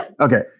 Okay